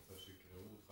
גם רוצחים לפעמים,